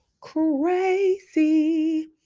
crazy